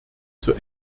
zur